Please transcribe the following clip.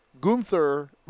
Gunther